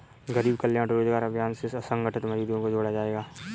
गरीब कल्याण रोजगार अभियान से असंगठित मजदूरों को जोड़ा जायेगा